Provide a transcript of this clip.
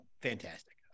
fantastic